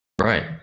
right